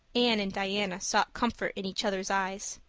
anne and diana sought comfort in each other's eyes.